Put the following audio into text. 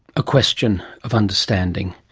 a question of understanding.